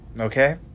Okay